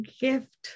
gift